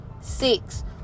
Six